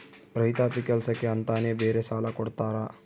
ರೈತಾಪಿ ಕೆಲ್ಸಕ್ಕೆ ಅಂತಾನೆ ಬೇರೆ ಸಾಲ ಕೊಡ್ತಾರ